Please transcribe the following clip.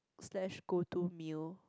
slash go to meal